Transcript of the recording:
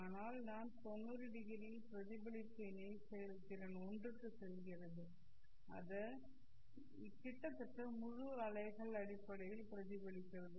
அதனால் தான் 900 இல் பிரதிபலிப்பு இணை செயல்திறன் 1 க்கு செல்கிறது இது கிட்டத்தட்ட முழு அலைகள் அடிப்படையில் பிரதிபலிக்கிறது